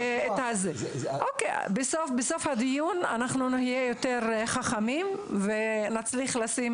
בסוף הדיון נהיה יותר חכמים ונצליח לשים